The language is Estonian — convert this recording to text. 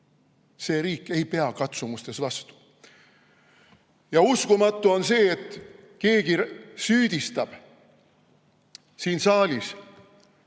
See riik ei pea katsumustes vastu. Ja uskumatu on see, et keegi süüdistab siin saalis